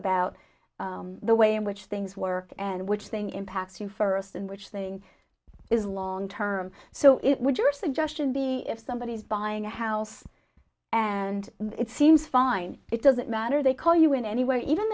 about the way in which things work and which thing impacts you first and which thing is long term so it would your suggestion be if somebody is buying a house and it seems fine it doesn't matter they call you in anyway even